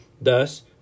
Thus